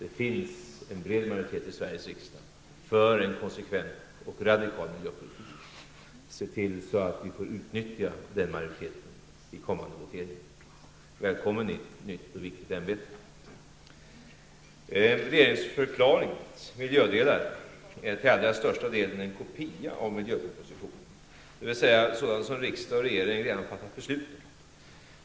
Det finns en bred majoritet i Sveriges riksdag för en konsekvent och radikal miljöpolitik. Se till så att vi får utnyttja den majoriteten vid kommande voteringar! Välkommen i ett nytt och viktigt ämbete! Regeringsförklaringens miljödelar är till allra största delen en kopia av miljöpropositionen, det är sådant som riksdag och regering redan har fattat beslut om.